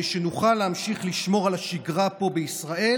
שנוכל להמשיך לשמור על השגרה פה בישראל,